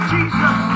Jesus